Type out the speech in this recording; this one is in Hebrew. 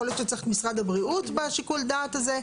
יכול להיות שצריך משרד הבריאות בשיקול הדעת הזה?